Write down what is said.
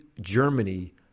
Germany